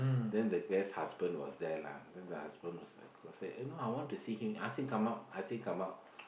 then the guest husband was there lah then the husband was like go say eh no I want to see him ask him come out ask him come out